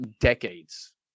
decades